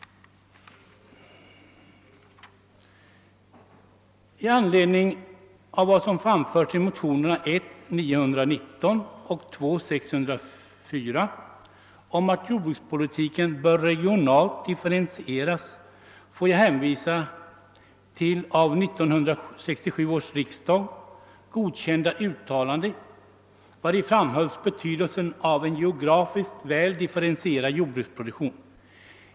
I anledning av vad som framförts i motionerna I:919 och II:604 om att jordbrukspolitiken bör regionalt differentieras får jag hänvisa till det av 1967 års riksdag godkända uttalande vari framhölls betydelsen av en geografiskt väl differentierad jordbruksproduktion.